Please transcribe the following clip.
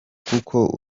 kuko